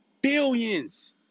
billions